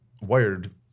wired